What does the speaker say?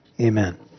Amen